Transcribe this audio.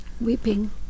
weeping